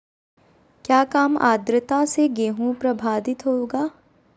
क्या काम आद्रता से गेहु प्रभाभीत होगा?